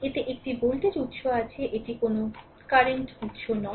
এতে একটি ভোল্টেজ উত্স আছে এটি কোনও কারেন্ট উত্স নয়